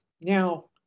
Now